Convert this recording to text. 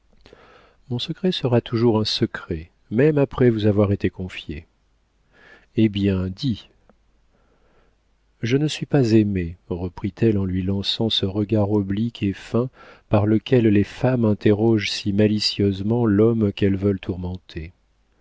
mon secret sera toujours un secret même après vous avoir été confié eh bien dis je ne suis pas aimée reprit-elle en lui lançant ce regard oblique et fin par lequel les femmes interrogent si malicieusement l'homme qu'elles veulent tourmenter